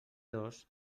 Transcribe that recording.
dos